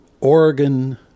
oregon